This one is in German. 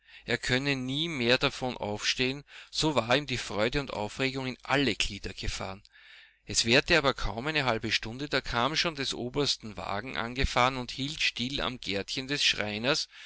er könne nie mehr davon aufstehen so war ihm die freude und aufregung in alle glieder gefahren es währte aber kaum eine halbe stunde da kam schon des obersten wagen angefahren und hielt still am gärtchen des schreiners